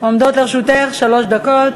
עומדות לרשותך שלוש דקות.